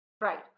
Right